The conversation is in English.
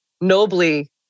nobly